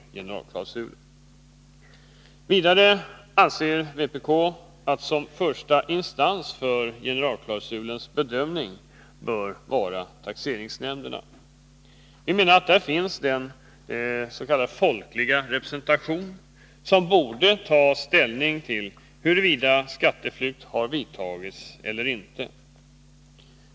Vidare anser vpk att första instans för bedömning av generalklausulens tillämpning bör vara taxeringsnämnderna. Vi menar att där finns den folkliga representation som borde ta ställning till huruvida skatteflykt föreligger eller inte.